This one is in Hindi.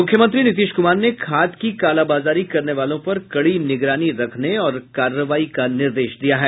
मुख्यमंत्री नीतीश कुमार ने खाद की कालाबाजारी करने वालों पर कड़ी निगरानी रखने और कार्रवाई का निर्देश दिया है